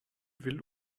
will